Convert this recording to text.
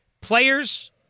Players